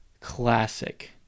classic